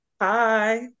Hi